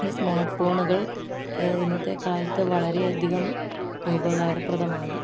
ഈ സ്മാർട്ട് ഫോണുകൾ ഇന്നത്തെ കാലത്ത് വളരെ അധികം ഉപകാരപ്രദമാണ്